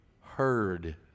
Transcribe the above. heard